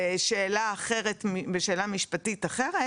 בשאלה משפטית אחרת